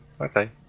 Okay